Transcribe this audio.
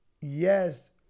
yes